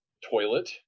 toilet